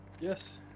yes